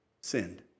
sinned